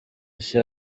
ese